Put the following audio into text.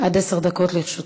עד עשר דקות לרשותך.